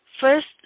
first